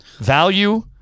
value